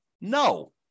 No